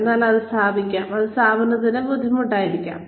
അതിനാൽ അത് സ്ഥാപിക്കാം അത് സ്ഥാപനത്തിന് ബുദ്ധിമുട്ടായിരിക്കും